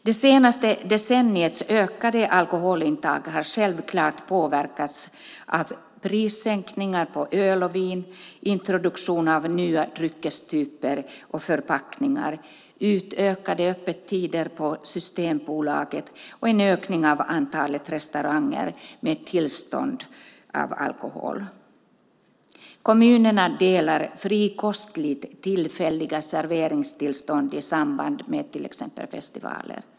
Det senaste decenniets ökade alkoholintag har självklart påverkats av prissänkningar på öl och vin, introduktion av nya dryckestyper och förpackningar, utökade öppettider på Systembolaget och en ökning av antalet restauranger med tillstånd för alkohol. Kommunerna delar frikostigt ut tillfälliga serveringstillstånd i samband med exempelvis festivaler.